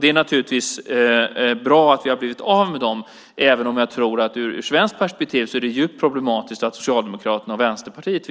Det är naturligtvis bra att vi har blivit av med dem även om jag tror att det ur ett svenskt perspektiv är djupt problematiskt att Socialdemokraterna och Vänsterpartiet